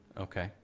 Okay